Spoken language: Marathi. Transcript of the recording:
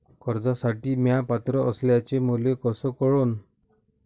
कर्जसाठी म्या पात्र असल्याचे मले कस कळन?